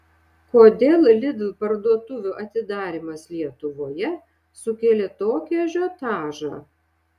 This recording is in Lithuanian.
kodėl lidl parduotuvių atidarymas lietuvoje sukėlė tokį ažiotažą